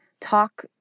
talk